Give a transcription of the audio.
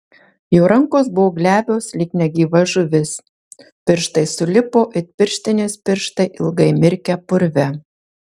jo rankos buvo glebios lyg negyva žuvis pirštai sulipo it pirštinės pirštai ilgai mirkę purve